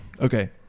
okay